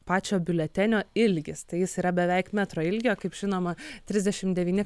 pačio biuletenio ilgis tai jis yra beveik metro ilgio kaip žinoma trisdešim devyni